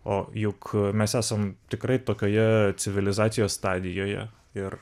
o juk mes esam tikrai tokioje civilizacijos stadijoje ir